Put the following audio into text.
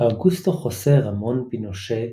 אאוגוסטו חוסה רמון פינושה